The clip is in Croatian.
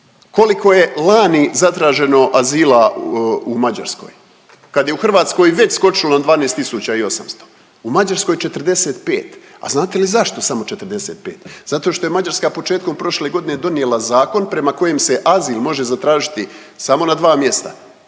Koliko je lani zatraženo azila u Mađarskoj? Kad je u Hrvatskoj već skočilo na 12800, u Mađarskoj 45. A znate li zašto samo 45? Zato što je Mađarska početkom prošle godine donijela zakon prema kojem se azil može zatražiti samo na dva mjesta